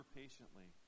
patiently